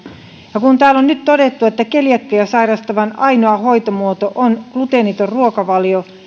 ja täällä on nyt todettu että keliakiaa sairastavan ainoa hoitomuoto on gluteeniton ruokavalio